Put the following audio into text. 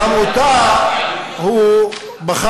אני לא אדבר כשהוא ידבר.